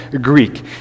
Greek